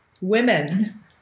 women